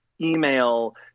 email